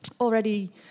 already